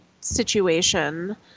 situation